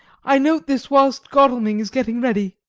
i note this whilst godalming is getting ready.